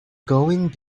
going